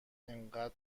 انقدر